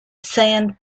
sand